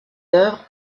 d’œuvre